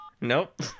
Nope